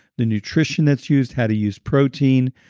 the nutrition that's used, how to use protein,